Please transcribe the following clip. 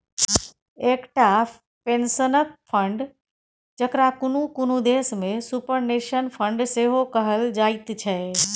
एकटा पेंशनक फंड, जकरा कुनु कुनु देश में सुपरनेशन फंड सेहो कहल जाइत छै